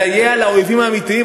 מסייע לאויבים האמיתיים.